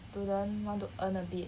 student want to earn a bit